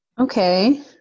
Okay